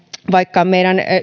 vaikka meidän